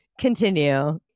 Continue